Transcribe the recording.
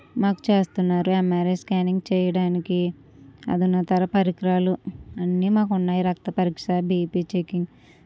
మాకు చేస్తున్నారు MRI scanning చేయడానికి అదునాతన పరికరాలు అన్ని మాకు ఉన్నాయి రక్త పరీక్ష బీపీ చెకింగ్